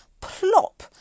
plop